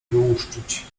wyłuszczyć